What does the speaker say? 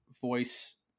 voice